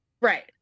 Right